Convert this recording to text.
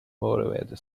motivated